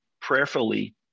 prayerfully